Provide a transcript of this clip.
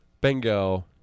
Bingo